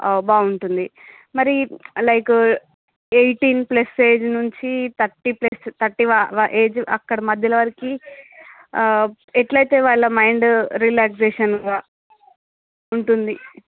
బాగుంటుంది మరి like eighteen plus age నుంచి థర్టీ ప్లస్ థర్టీవ వ ఏజ్ అక్కడ మధ్యలో వరకు ఎట్లా అయితే వాళ్ల మైండ్ రిలాక్సేషన్గా ఉంటుంది